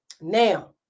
Now